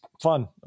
fun